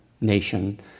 nation